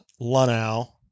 Lunau